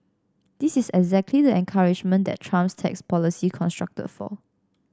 this is exactly the encouragement that Trump's tax policy constructed for